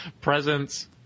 presents